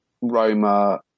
Roma